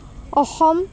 Assam